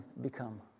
become